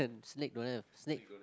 snake don't have snake